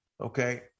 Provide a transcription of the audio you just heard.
okay